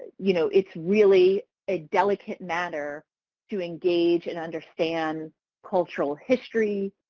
you know it's really a delicate matter to engage and understand cultural history,